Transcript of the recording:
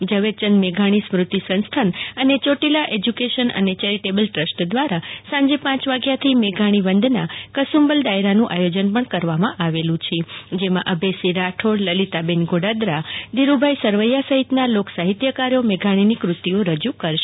ઝવેરચંદ મેઘાણી સ્મૃતિ સંસ્થાન અનેયોટીલા એજ્યુકેશન એન્ડ ચેરીટેબલ ટ્રસ્ટ દ્વારા સાંજે પાંચ વાગ્યાથી મેઘાણીવંદના કસુંબલ ડાયરાનું પણ આયોજન કરવામાં આવેલ છે જેમાં અભેસિંહ રાઠોડ લલીતાબેન ઘોડાદરા ધીરુભાઈ સરવૈયા સહિતના લોકસાહિત્યકારો મેઘાણીની કૃતિઓ રજૂ કરશે